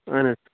اَہَن حظ